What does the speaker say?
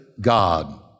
God